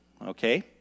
okay